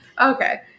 Okay